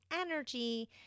energy